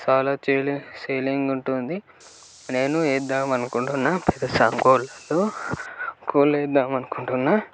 చాలా sale selling ఉంటుంది నేను వేద్దాము అనుకుంటున్నాను పెద్దసాంగు కోళ్ళు కోళ్ళు వేద్దాము అనుకుంటున్నాను